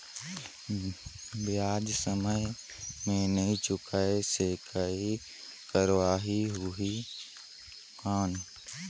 ब्याज समय मे नी चुकाय से कोई कार्रवाही होही कौन?